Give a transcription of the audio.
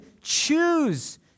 choose